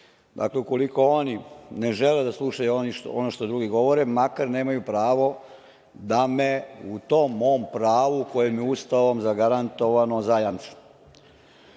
Dakle, ukoliko oni ne žele da slušaju ono što drugi govore, makar nemaju pravo da me u tom mom pravu koje mi je Ustavom zagarantovano